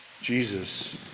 jesus